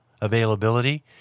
availability